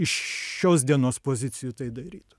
iš šios dienos pozicijų tai darytų